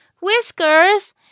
Whiskers